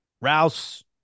Rouse